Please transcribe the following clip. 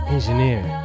engineer